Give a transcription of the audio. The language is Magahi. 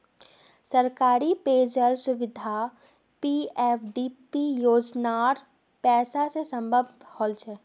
सरकारी पेय जल सुविधा पीएफडीपी योजनार पैसा स संभव हल छ